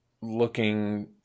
looking